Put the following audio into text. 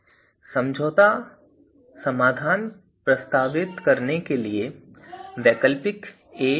फिर दुसरी शरत भी सन्तुष्ट होनी चाहिए हालाँकि इस बिंदु पर हम इस व्याख्यान में यहीं रुकना चाहेंगे और अगले व्याख्यान में हम इस भाग पर अपनी चर्चा जारी रखेंगे